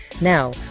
Now